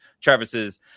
Travis's